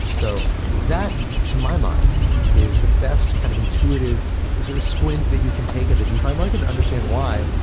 so that to my mind is the best kind of intuitive sort of squint that you can take at the defi market and understand why,